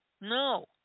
no